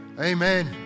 amen